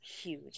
huge